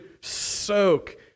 soak